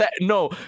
No